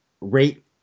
rate